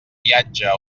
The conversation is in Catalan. viatge